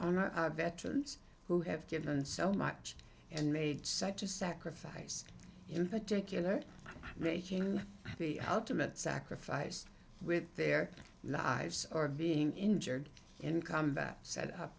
to veterans who have given so much and made such a sacrifice in particular making the ultimate sacrifice with their lives or being injured in combat s